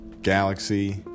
galaxy